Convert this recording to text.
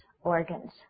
organs